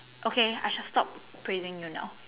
okay I shall stop praising you now